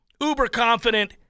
uber-confident